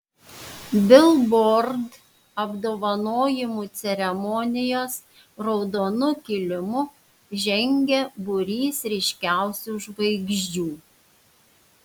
bilbord apdovanojimų ceremonijos raudonu kilimu žengė būrys ryškiausių žvaigždžių